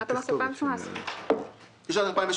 שנת המס 2018. לשנת 2018,